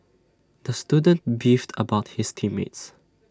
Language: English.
the student beefed about his team mates